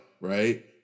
right